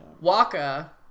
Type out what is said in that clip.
Waka